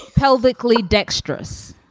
pelvic lee dextrous.